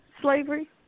slavery